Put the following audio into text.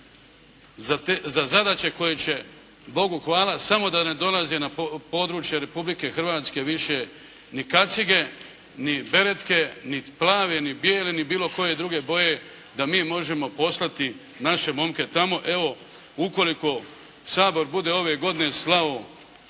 za zadaće koje će Bogu hvala samo da ne dolaze na područje Republike Hrvatske više ni kacige, nit beretke, nit plave, nit bijele, nit bilo koje druge boje, da mi možemo poslati naše momke tamo. Evo ukoliko Sabor bude ove godine slao